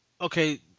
Okay